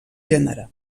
gènere